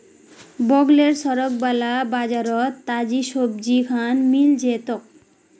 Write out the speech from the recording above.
बगलेर सड़क वाला बाजारोत ताजी सब्जिखान मिल जै तोक